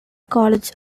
college